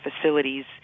facilities